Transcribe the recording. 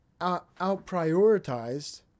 out-prioritized